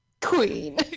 Queen